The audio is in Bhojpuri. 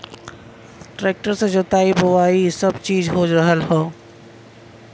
ट्रेक्टर से जोताई बोवाई सब चीज हो रहल हौ